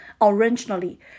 Originally